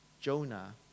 Jonah